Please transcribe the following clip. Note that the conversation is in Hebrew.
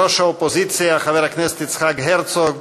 ראש האופוזיציה חבר הכנסת יצחק הרצוג,